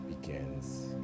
begins